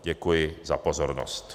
Děkuji za pozornost.